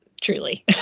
truly